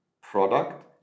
product